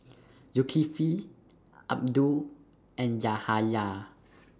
Zulkifli Abdul and Yahaya